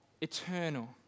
Eternal